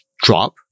drop